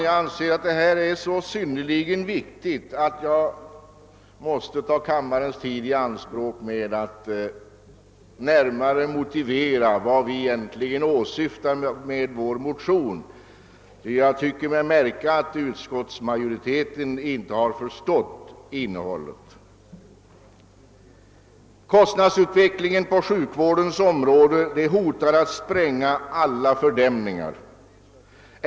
Jag anser att den är så viktig, att jag måste ta kammarens tid i anspråk med att närmare motivera vad vi egentligen åsyftar med vår motion. Jag tycker mig märka att utskottsmajoriteten inte har förstått innehållet i denna. Kostnadsutvecklingen på sjukvårdens område hotar att spränga alla fördämningar.